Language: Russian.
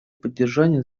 поддержания